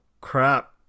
crap